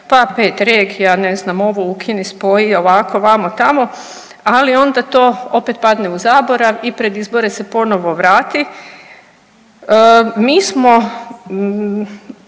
pa pet regija, ne znam ovo ukini spoji, ovako, vamo tamo, ali onda to opet padne u zaborav i pred izbore se ponovo vrati. Mi smo